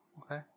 Okay